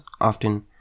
often